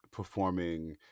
Performing